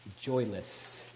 joyless